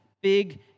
big